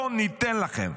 לא ניתן לכם.